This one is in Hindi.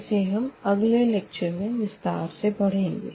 इसे हम अगले लेक्चर में विस्तार से पढ़ेंगे